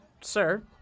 sir